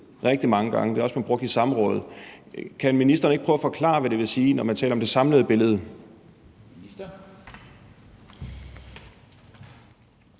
det samlede billede. Det har også været brugt på samråd. Kan ministeren ikke prøve at forklare, hvad det vil sige, når man taler om det samlede billede?